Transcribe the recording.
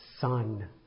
son